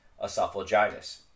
esophagitis